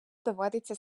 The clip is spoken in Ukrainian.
доводиться